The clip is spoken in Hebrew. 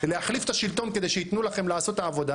להחליף את השלטון כדי שיתנו לכם לעשות את העבודה,